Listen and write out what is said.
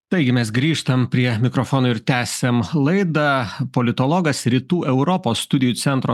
taigi mes grįžtam prie mikrofono ir tęsiam laidą politologas rytų europos studijų centro